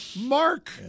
Mark